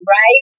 right